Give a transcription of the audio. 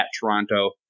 Toronto